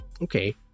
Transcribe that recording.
okay